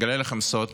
אני אגלה לכם סוד